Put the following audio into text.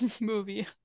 movie